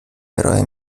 ارایه